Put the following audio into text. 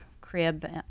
crib